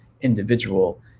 individual